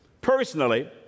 Personally